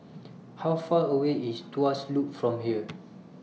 How Far away IS Tuas Loop from here